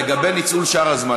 לגבי ניצול שאר הזמן,